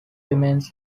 remains